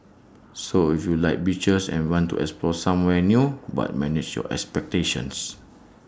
so if you like beaches and want to explore somewhere new but manage your expectations